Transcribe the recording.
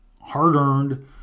hard-earned